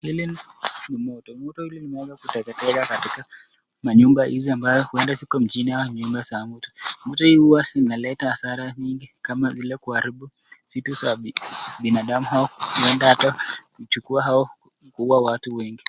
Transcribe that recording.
Hili ni moto ,moto hili imeweza kuteketeza katika manyumba hizi ambayo inaweza kuwa mjini au ni nyumba za mtu. Moto hii huwa inaleta hasara nyingi kama vile kuharibu vitu za binadamu huenda ata kuchukua au kuua watu wengi.